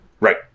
Right